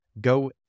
Go